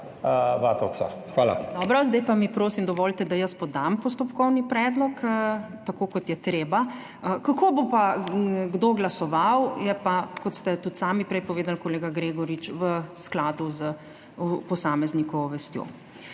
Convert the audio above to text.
Dobro. Zdaj pa mi prosim dovolite, da jaz podam postopkovni predlog tako, kot je treba. Kako bo pa kdo glasoval, je pa, kot ste tudi sami prej povedali, kolega Gregorič, v skladu s posameznikovo vestjo.